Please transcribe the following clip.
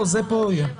זה פה יהיה.